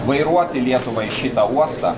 vairuoti lietuvą į šitą uostą